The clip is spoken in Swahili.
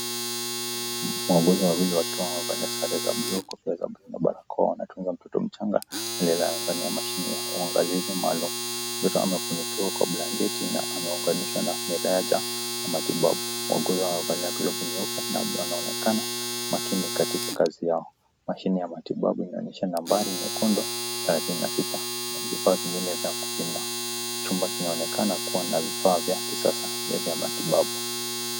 Magonjwa mawili wakifanya sare za block pia za barakoa wanatunza mtoto mchanga aliyelala ndani ya mashine ya uangalizi maalum. Mtoto amefunikiwa kwa blanketi na ameunganishwa na mirija ya matibabu. Waongozi wamevalia glovu nyoka na wanaonekana makini katika kazi yao. Mashine ya matibabu inaonyesha nambari nyekundu 36 na vifaa vingine vya kupinda. Chumba kinaonekana kuwa na vifaa vya kisasa vya matibabu.